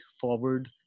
forward